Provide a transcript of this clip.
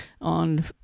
on